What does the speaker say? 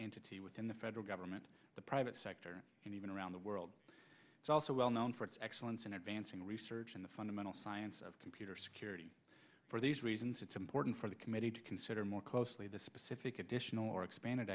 entity within the federal government the private sector and even around the world is also well known for its excellence in advancing research in the fundamental science of computer security for these reasons it's important for the committee to consider more closely the specific additional or expanded